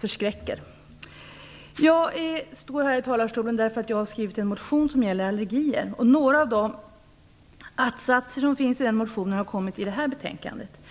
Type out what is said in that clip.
förskräcker. Jag står här i talarstolen därför att jag har skrivit en motion om allergier. Några av de att-satser som finns i den motionen har behandlats i betänkandet.